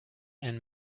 and